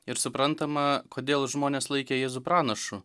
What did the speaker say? ir suprantama kodėl žmonės laikė jėzų pranašu